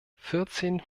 vierzehn